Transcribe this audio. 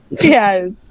Yes